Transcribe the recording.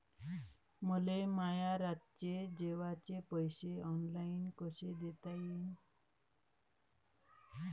मले माया रातचे जेवाचे पैसे ऑनलाईन कसे देता येईन?